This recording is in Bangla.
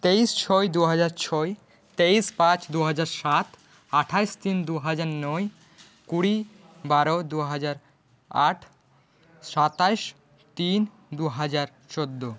তেইশ ছয় দুহাজার ছয় তেইশ পাঁচ দুহাজার সাত আটাশ তিন দুহাজার নয় কুড়ি বারো দুহাজার আট সাতাশ তিন দুহাজার চোদ্দ